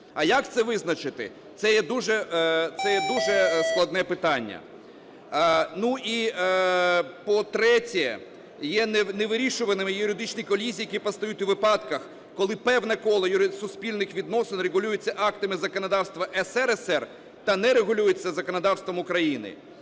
А як це визначити - це є дуже складне питання. Ну, і по-третє, є невирішуваними юридичні колізії, які постають у випадках, коли певне коло суспільних відносин регулюється актами законодавства СРСР та не регулюється законодавством України.